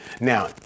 now